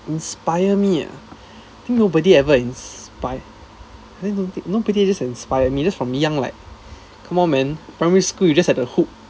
inspire me ah think nobody ever inspire nobody nobody just inspire me cause from young like come on man primary school you just have to hook